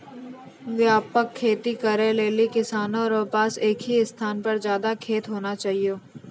व्यापक खेती करै लेली किसानो रो पास एक ही स्थान पर ज्यादा खेत होना चाहियो